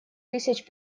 тысяч